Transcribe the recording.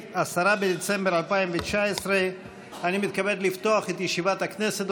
10 בדצמבר 2019. אני מתכבד לפתוח את ישיבת הכנסת.